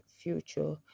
future